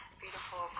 beautiful